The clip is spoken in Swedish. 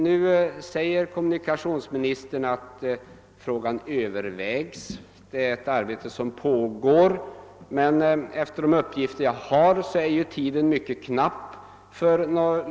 "Nu säger kommunikationsministern att frågan övervägs och att han kommer att redovisa sitt ställningstagande i 1971 års statsverksproposition.